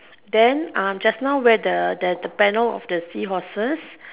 then just now where the panel of the seahorses